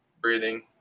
breathing